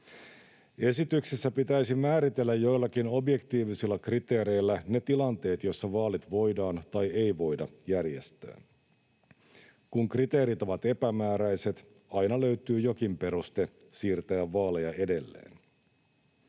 Esityksessä pitäisi määritellä joillakin objektiivisilla kriteereillä ne tilanteet, joissa vaalit voidaan tai ei voida järjestää. Kun kriteerit ovat epämääräiset, aina löytyy jokin peruste siirtää vaaleja edelleen.